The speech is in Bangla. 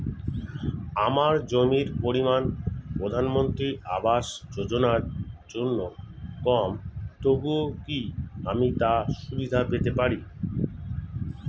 আমার জমির পরিমাণ প্রধানমন্ত্রী আবাস যোজনার জন্য কম তবুও কি আমি তার সুবিধা পেতে পারি?